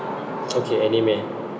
okay anime